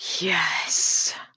yes